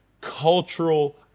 cultural